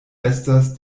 estas